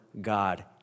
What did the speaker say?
God